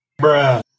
Bruh